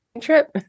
trip